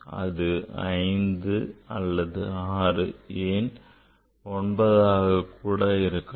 அது 5 அல்லது 6 ஏன் 9 ஆக கூட இருக்கலாம்